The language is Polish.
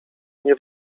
nie